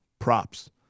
Props